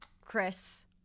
Chris